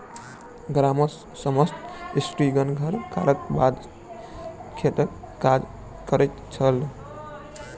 गामक समस्त स्त्रीगण घर कार्यक बाद खेतक काज करैत छल